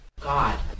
God